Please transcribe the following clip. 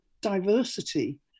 diversity